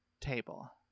table